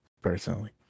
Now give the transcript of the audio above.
personally